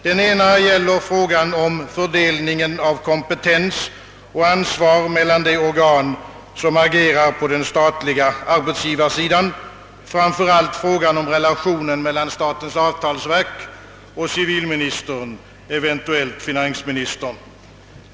Den ena gäller frågan om fördelningen av kompetens och ansvar mellan de organ som agerar på den statliga arbetsgivarsidan, framför allt frågan om relationen mellan statens avtalsverk och civilministern, eventuellt finansministern.